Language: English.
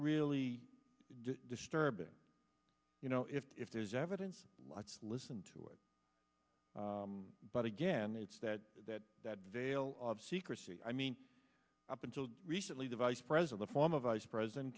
really disturbing you know if there's evidence let's listen to it but again it's that that that veil of secrecy i mean up until recently the vice pres of the form of ice present